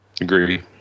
Agree